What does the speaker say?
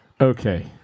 okay